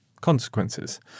consequences